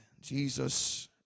Jesus